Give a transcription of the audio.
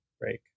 break